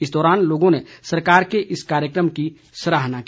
इस दौरान लोगों ने सरकार के इस कार्यक्रम की सराहना की